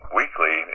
weekly